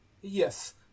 Yes